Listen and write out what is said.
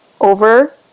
over